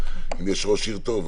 אם יש ראש עיר טוב,